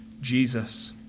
Jesus